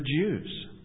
Jews